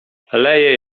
leje